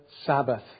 Sabbath